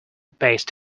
based